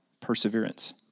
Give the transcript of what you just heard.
Perseverance